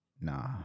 Nah